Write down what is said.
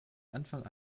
anfang